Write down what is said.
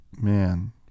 Man